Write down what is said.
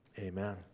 Amen